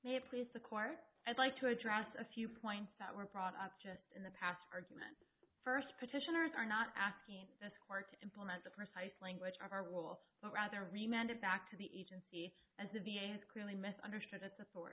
it please the court i'd like to address a few points that were brought up just in the past argument first petitioners are not asking this court implement the precise language of our rule but rather reminded back to the agency as the v a has clearly me